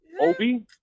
Obi